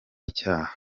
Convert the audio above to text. icyaha